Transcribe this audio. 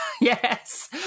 Yes